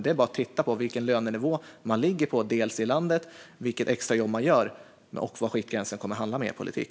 Det är bara att titta vilken lönenivå de ligger på i landet, vilket extrajobb de gör och var skiktgränsen kommer att hamna med er politik.